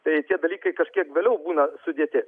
tai tie dalykai kažkiek vėliau būna sudėti